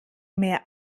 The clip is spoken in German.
mehr